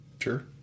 Sure